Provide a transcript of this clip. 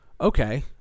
okay